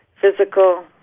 physical